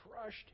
crushed